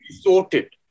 sorted